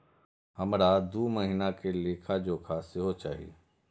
हमरा दूय महीना के लेखा जोखा सेहो चाही